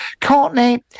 Courtney